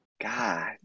God